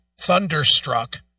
thunderstruck